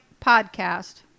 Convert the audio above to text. podcast